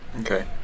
Okay